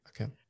Okay